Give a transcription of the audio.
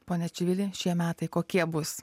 pone čivili šie metai kokie bus